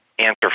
answer